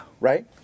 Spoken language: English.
right